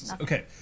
Okay